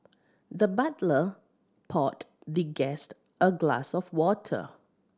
the butler poured the guest a glass of water